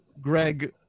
Greg